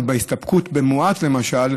הסתפקות במועט, למשל,